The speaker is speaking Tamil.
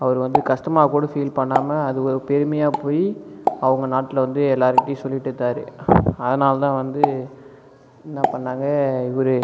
அவர் வந்து கஷ்டமா கூட ஃபீல் பண்ணாமல் அது ஒரு பெருமையாக போய் அவங்க நாட்டில் வந்து எல்லாருக்கிட்டேயும் சொல்லிட்டு இருந்தார் அதனால் தான் வந்து என்ன பண்ணாங்க இவர்